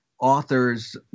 authors